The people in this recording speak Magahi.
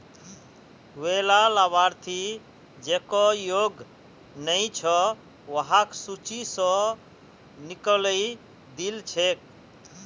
वैला लाभार्थि जेको योग्य नइ छ वहाक सूची स निकलइ दिल छेक